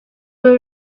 were